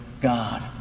God